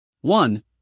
One